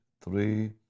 Three